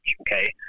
Okay